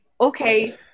okay